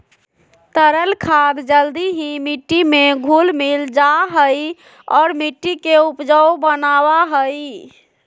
तरल खाद जल्दी ही मिट्टी में घुल मिल जाहई और मिट्टी के उपजाऊ बनावा हई